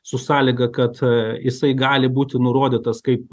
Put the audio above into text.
su sąlyga kad jisai gali būti nurodytas kaip